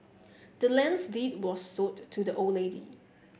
the land's deed was sold to the old lady